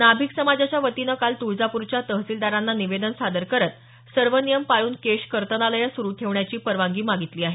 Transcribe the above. नाभिक समाजाच्या वतीनं काल तुळजापूरच्या तहसीलदारांना निवेदन सादर करत सर्व नियम पाळून केश कर्तनालयं सुरू ठेवण्याची परवानगी मागितली आहे